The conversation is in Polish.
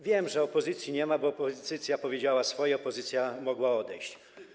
Wiem, że opozycji nie ma, bo opozycja powiedziała swoje, opozycja mogła odejść.